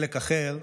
חלק אחר,